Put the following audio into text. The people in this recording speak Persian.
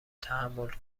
تحمل